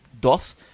DOS